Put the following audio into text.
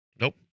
Nope